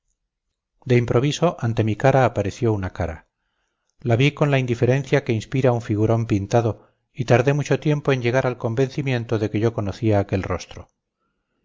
de improviso ante mi cara apareció una cara la vi con la indiferencia que inspira un figurón pintado y tardé mucho tiempo en llegar al convencimiento de que yo conocía aquel rostro